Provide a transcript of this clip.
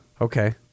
Okay